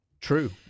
True